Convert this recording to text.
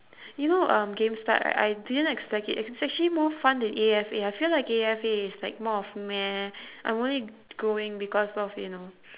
you know um gamestart right I didn't expect it it's actually more fun than A_F_A I feel like A_F_A is like more of meh I want it going because of you know